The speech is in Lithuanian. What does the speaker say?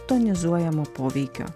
tonizuojamo poveikio